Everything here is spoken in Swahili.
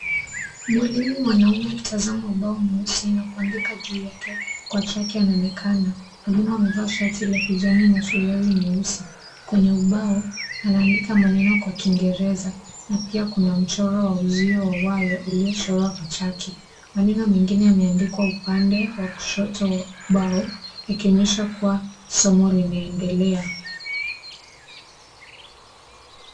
Mwalimu mwanume akitazama ubao mweusi na kuandika juu yake kwa chaki anaonekana amevaa shati la kijani na suruali nyeusi. Kwenye ubao anaandika maneno kwa kiingereza na pia kuna mchoro wa uzio wa waya uliochorwa kwa chaki. Maneno mengine yameandikwa upande wa kushoto wa ubao ikionyesha kuwa somo linaendelea.